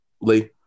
Lee